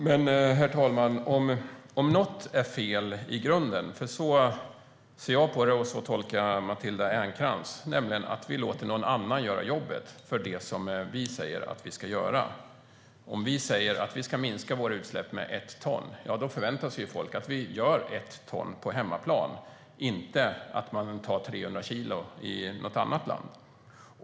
Herr talman! Något är ju fel i grunden - så ser jag på det och så tolkar jag Matilda Ernkrans - om vi låter någon annan göra det jobb som vi säger att vi själva ska göra. Om vi säger att vi ska minska våra utsläpp med ett ton förväntar sig folk att vi gör ett ton på hemmaplan, inte att man tar 300 kilo i något annat land.